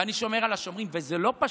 ואני שומר על השומרים, וזה לא פשוט.